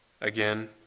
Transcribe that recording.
again